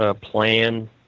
plan